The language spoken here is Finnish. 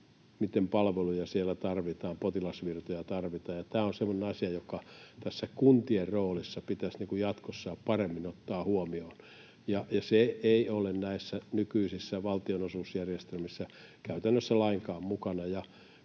siellä tarvitaan, potilasvirtoja tarvitaan. Tämä on semmoinen asia, joka tässä kuntien roolissa pitäisi jatkossa paremmin ottaa huomioon, ja se ei ole näissä nykyisissä valtionosuusjärjestelmissä käytännössä lainkaan mukana.